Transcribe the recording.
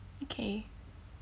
okay